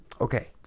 okay